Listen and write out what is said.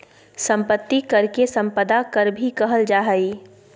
संपत्ति कर के सम्पदा कर भी कहल जा हइ